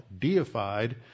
deified